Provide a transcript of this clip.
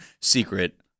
secret